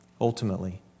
ultimately